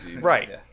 Right